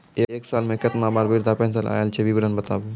एक साल मे केतना बार वृद्धा पेंशन आयल छै विवरन बताबू?